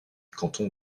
canton